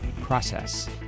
Process